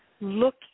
look